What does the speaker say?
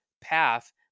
path